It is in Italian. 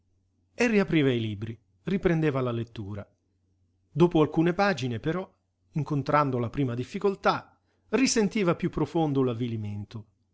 e riapriva i libri riprendeva la lettura dopo alcune pagine però incontrando la prima difficoltà risentiva piú profondo